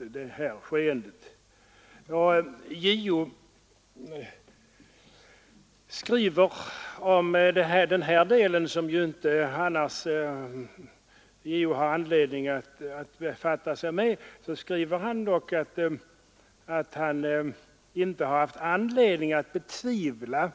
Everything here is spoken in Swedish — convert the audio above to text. Justitieombudsmannen skriver om den här delen — som JO ju inte annars har att befatta sig med — att han inte har anledning att betvivla